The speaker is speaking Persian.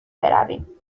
برویم